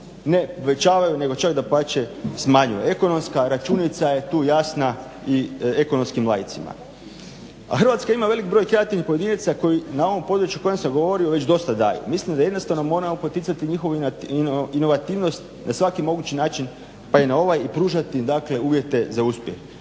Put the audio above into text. ne povećavaju nego čak dapače smanjuju. Ekonomska računica je tu jasna i ekonomskim laicima. A Hrvatska ima velik broj kreativnih pojedinaca koji na ovom području o kojem sam govorio već dosta daju. Mislim da jednostavno moramo poticati njihovu inovativnost na svaki mogući način pa i na ovaj pružati im uvjete za uspjeh.